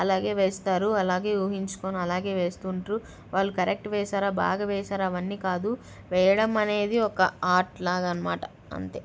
అలాగే వేస్తారు అలాగే ఊహించుకొని అలాగే వేస్తున్నారు వాళ్ళు కరెక్ట్ వేశారా బాగా వేశారా అవన్నీ కాదు వేయడం అనేది ఒక ఆర్ట్లాగా అన్నమాట అంతే